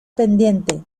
pendiente